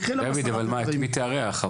דוד, את מי תארח?